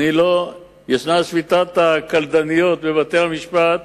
יש שביתה של הקלדניות בבתי-המשפט